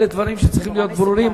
אלה דברים שצריכים להיות ברורים,